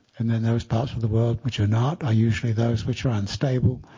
and then those parts of the world which are not are usually those which are unstable,